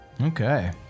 Okay